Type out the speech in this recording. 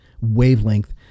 wavelength